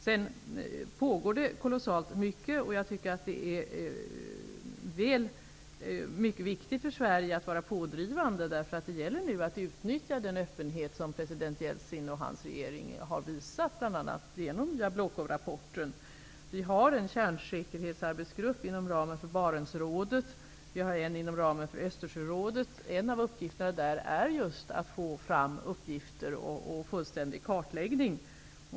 Det pågår kolossalt mycket och jag tycker att det är mycket viktigt för Sverige att vara pådrivande. Det gäller att utnyttja den öppenhet som president Jeltsin och hans regering har visat, bl.a. genom Jablokovrapporten. Vi har en kärnsäkerhetsarbetsgrupp inom ramen för Barentsrådet. Vi har en inom ramen för Östersjörådet. En av uppgifterna där är just att få fram uppgifter och fullständig kartläggning.